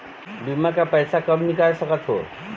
बीमा का पैसा कब निकाल सकत हो?